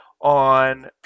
on